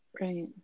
right